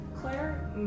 Claire